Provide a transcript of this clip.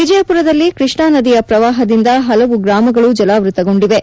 ವಿಜಯಪುರದಲ್ಲಿ ಕೈಷ್ಣಾ ನದಿಯ ಪ್ರವಾಪದಿಂದ ಹಲವು ಗ್ರಾಮಗಳು ಜಲಾವೃತಗೊಂಡಿವೆ